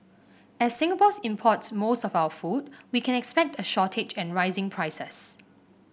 as Singapore import's most of our food we can expect a shortage and rising prices